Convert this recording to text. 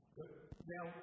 Now